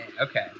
okay